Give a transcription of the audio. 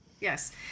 Yes